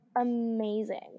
amazing